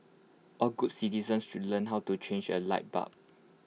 all good citizens should learn how to change A light bulb